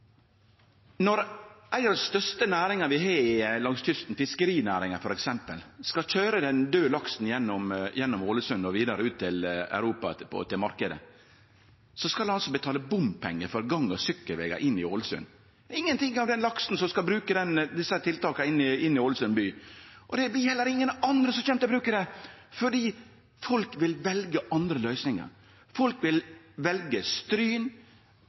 Når ei av dei største næringane vi har langs kysten, fiskerinæringa, f.eks. skal køyre den døde laksen gjennom Ålesund og vidare ut til Europa etterpå og til marknaden, skal dei altså betale bompengar for gang- og sykkelvegar inne i Ålesund. Ingen av dei som køyrer laksen, skal bruke desse tiltaka inne i Ålesund by, og det er heller ingen andre som kjem til å bruke det, for folk vil velje andre løysingar. Folk vil velje Stryn,